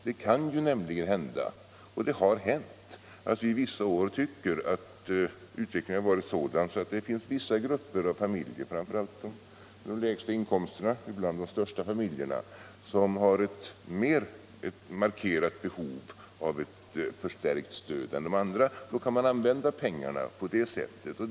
Det kan nämligen hända, och det har hänt, att vi ett visst år tycker att utvecklingen varit sådan att vissa grupper av familjer — framför allt de största familjerna bland låginkomsttagarna — har ett mer markerat behov av förstärkt stöd än andra. Då skall man kunna använda pengarna för dessa familjer.